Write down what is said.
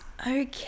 Okay